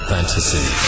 Fantasy